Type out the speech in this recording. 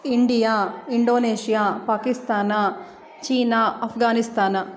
India Indonesia Pakistan China Afghanistan